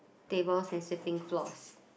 tables and sweeping floors